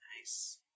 Nice